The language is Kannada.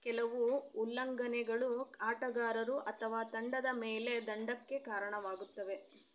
ಕೆಲವು ಉಲ್ಲಂಘನೆಗಳು ಆಟಗಾರರು ಅಥವಾ ತಂಡದ ಮೇಲೆ ದಂಡಕ್ಕೆ ಕಾರಣವಾಗುತ್ತವೆ